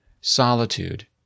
Solitude